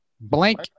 Blank